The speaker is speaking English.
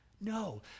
No